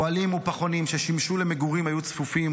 האוהלים והפחונים ששימשו למגורים היו צפופים,